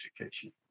education